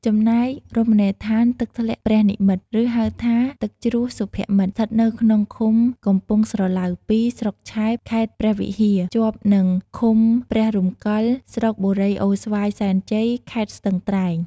ចំណែក រមណីយដ្ឋាន«ទឹកធ្លាក់ព្រះនិម្មិត» ឬហៅថា «ទឹកជ្រោះសុភមិត្ត» ស្ថិតនៅក្នុងឃុំកំពង់ស្រឡៅ២ ស្រុកឆែប ខេត្តព្រះវិហារ ជាប់នឹងឃុំព្រះរំកិល ស្រុកបុរីអូស្វាយសែនជ័យ ខេត្តស្ទឹងត្រែង។